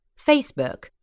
Facebook